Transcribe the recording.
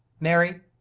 mary,